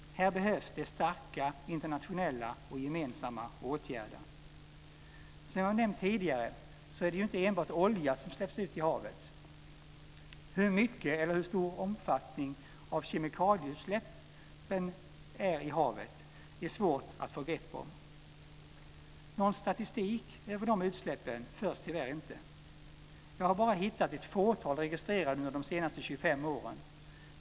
Här behövs det starka internationella och gemensamma åtgärder. Som jag nämnt tidigare är det inte enbart olja som släpps ut i havet. Det är svårt att få grepp om hur stor omfattningen av kemikalieutsläppen är i haven. Någon statistik över dessa utsläpp förs tyvärr inte. Jag har hittat bara ett fåtal registrerade utsläpp de senaste 25 åren.